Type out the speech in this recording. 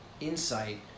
insight